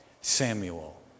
Samuel